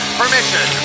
permission